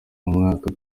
mwaka